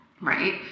right